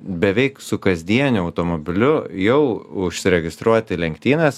beveik su kasdieniu automobiliu jau užsiregistruot į lenktynes